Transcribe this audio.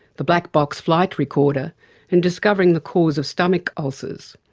the black box flight recorder and discovering the cause of stomach ulcers.